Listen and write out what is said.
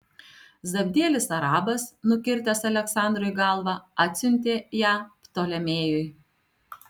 zabdielis arabas nukirtęs aleksandrui galvą atsiuntė ją ptolemėjui